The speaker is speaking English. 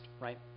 right